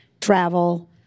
travel